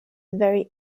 very